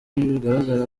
bigaragara